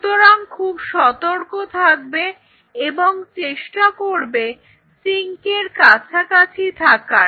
সুতরাং খুব সতর্ক থাকবে এবং চেষ্টা করবে সিঙ্ক এর কাছাকাছি থাকার